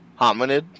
Hominid